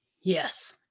Yes